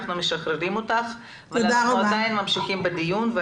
אנחנו משחררים אותך וממשיכים בדיון.